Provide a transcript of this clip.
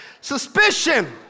Suspicion